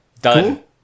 done